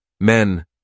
Men